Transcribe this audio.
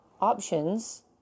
options